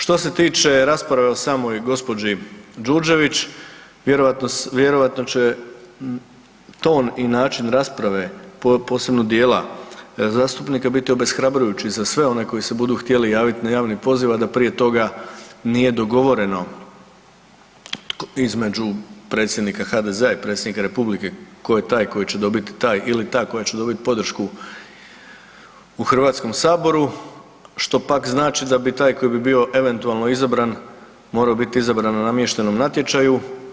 Što se tiče rasprave o samoj gospođi Đurđević vjerojatno će ton i način rasprave posebno dijela zastupnika biti obeshrabrujući za sve one koji se budu htjeli javiti na javni poziv a da prije toga nije dogovoreno između predsjednika HDZ-a i Predsjednika Republike tko je taj koji će dobiti, ili ta koja će dobiti podršku u Hrvatskom saboru što pak znači da taj koji bi bio eventualno izabran morao biti izabran na namještenom natječaju.